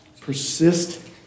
Persist